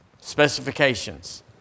specifications